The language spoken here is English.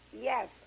Yes